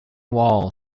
wall